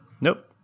Nope